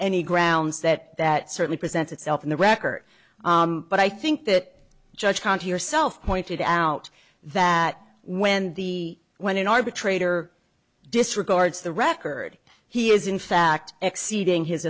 any grounds that that certainly present itself in the record but i think that judge county yourself pointed out that when the when an arbitrator disregards the record he is in fact exceeding his